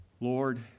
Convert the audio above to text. Lord